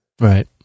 Right